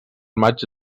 maig